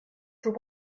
for